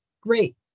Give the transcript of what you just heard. Great